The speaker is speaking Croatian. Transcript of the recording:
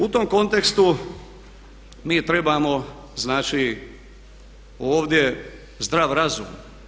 U tom kontekstu mi trebamo znači ovdje zdrav razum.